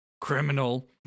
criminal